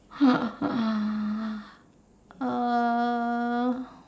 uh